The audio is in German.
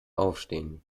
aufstehen